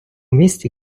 місті